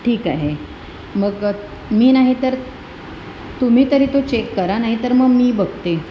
ठीक आहे मग मी नाही तर तुम्ही तरी तो चेक करा नाही तर मग मी बघते